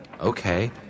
Okay